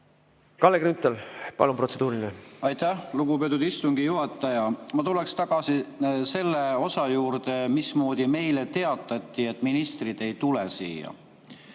Kalle Grünthal, palun, protseduuriline! Aitäh, lugupeetud istungi juhataja! Ma tuleksin tagasi selle osa juurde, mismoodi meile teatati, et ministrid ei tule siia.